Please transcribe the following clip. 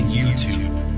YouTube